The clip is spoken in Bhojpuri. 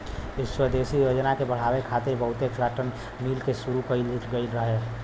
स्वदेशी योजना के बढ़ावे खातिर बहुते काटन मिल के शुरू कइल गइल रहे